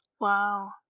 Wow